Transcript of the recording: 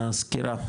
לסקירה,